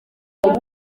moto